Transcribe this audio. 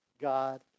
God